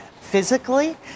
physically